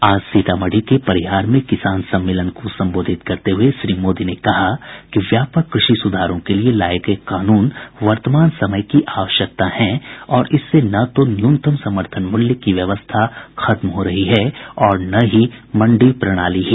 आज सीतामढ़ी के परिहार में किसान सम्मेलन को संबोधित करते हुये श्री मोदी ने कहा कि व्यापक कृषि सुधारों के लिए लाये गये कानून वर्तमान समय की आवश्यकता हैं और इससे न तो न्यूनतम समर्थन मूल्य की व्यवस्था खत्म हो रही है और न ही मंडी प्रणाली ही